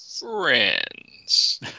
friends